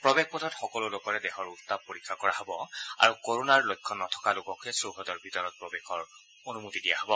প্ৰৱেশ পথত সকলো লোকৰে দেহৰ উত্তাপ পৰীক্ষা কৰা হ'ব আৰু কোৰোণাৰ লক্ষণ নথকা লোককহে চৌহদৰ ভিতৰত প্ৰৱেশৰ অনুমতি দিয়া হ'ব